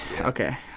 Okay